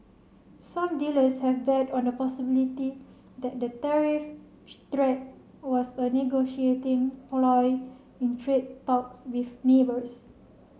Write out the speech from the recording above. some dealers have bet on the possibility that the tariff threat was a negotiating ploy in trade talks with neighbours